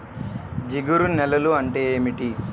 జిగురు నేలలు అంటే ఏమిటీ?